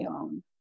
own